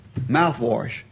mouthwash